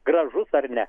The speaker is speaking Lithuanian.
gražus ar ne